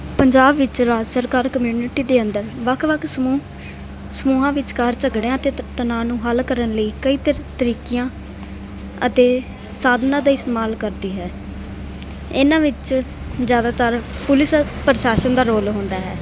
ਪੰਜਾਬ ਵਿੱਚ ਰਾਜ ਸਰਕਾਰ ਕਮਿਊਨਿਟੀ ਦੇ ਅੰਦਰ ਵੱਖ ਵੱਖ ਸਮੂਹ ਸਮੂਹਾਂ ਵਿਚਕਾਰ ਝਗੜਿਆਂ ਅਤੇ ਤ ਤਨਾਅ ਨੂੰ ਹੱਲ ਕਰਨ ਲਈ ਕਈ ਤਰੀ ਤਰੀਕਿਆਂ ਅਤੇ ਸਾਧਨਾਂ ਦਾ ਇਸਤੇਮਾਲ ਕਰਦੀ ਹੈ ਇਹਨਾਂ ਵਿੱਚ ਜ਼ਿਆਦਾਤਰ ਪੁਲਿਸ ਪ੍ਰਸ਼ਾਸਨ ਦਾ ਰੋਲ ਹੁੰਦਾ ਹੈ